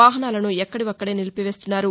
వాహనాలను ఎక్కడివక్కడే నిలిపివేస్తున్నారు